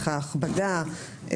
ההכבדה,